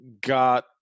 got